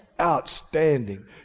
outstanding